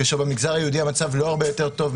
כאשר במגזר היהודי המצב לא הרבה יותר טוב,